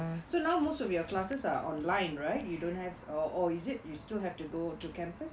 so now most of your classes are online right you don't have or or is it you still have to go to campus